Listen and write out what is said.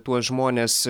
tuos žmones